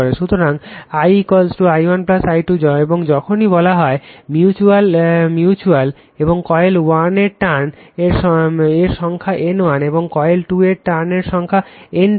সুতরাং 1 1 1 1 2 এবং যখনই বলা হয় মিউচ্যুয়াল এবং কয়েল 1 এর টার্ন এর সংখ্যা N 1 এবং কয়েল 2 এর টার্ন এর সংখ্যা হলো N 2